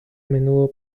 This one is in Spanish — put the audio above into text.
menudo